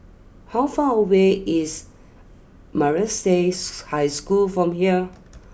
how far away is Maris Stella High School from here